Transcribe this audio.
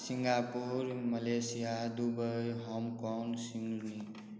Singapore Malaysia Dubai Hong Kong